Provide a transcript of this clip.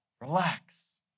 Relax